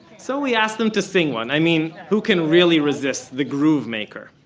so, we asked them to sing one. i mean, who can really resist the groove maker?